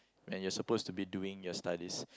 and you're supposed to be doing your studies